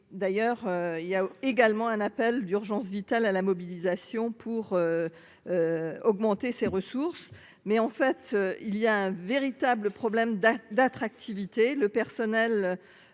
d'ailleurs il y a également un appel d'urgence vitale à la mobilisation pour augmenter ses ressources, mais en fait il y a un véritable problème d'un d'attractivité, le personnel